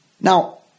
Now